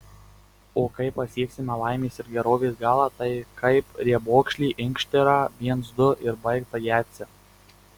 o kai pasieksime laimės ir gerovės galą tai kaip riebokšlį inkštirą viens du ir baigta jadze